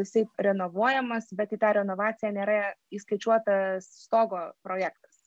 visaip renovuojamas bet į tą renovaciją nėra įskaičiuotas stogo projektas